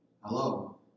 Hello